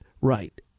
Right